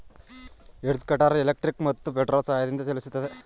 edge cutter electric ಮತ್ತು petrol ಸಹಾಯದಿಂದ ಚಲಿಸುತ್ತೆ